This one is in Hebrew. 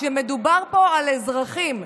כשמדובר פה על אזרחים,